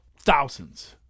thousands